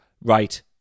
Right